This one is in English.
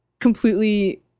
completely